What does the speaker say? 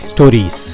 Stories